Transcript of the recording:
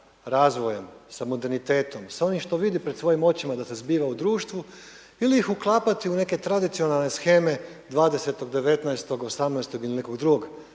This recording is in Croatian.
sa razvojem, sa modernitetom, sa onim što vidi pred svojim očima da se zbiva u društvu, ili ih uklapati u neke tradicionalne sheme 20., 19., 18. ili nekog drugog